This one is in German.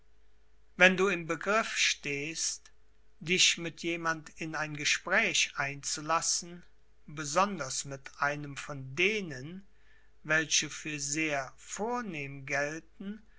wenn du im begriff stehst dich mit jemand in ein gespräch einzulassen besonders mit einem von denen welche für sehr vornehm gelten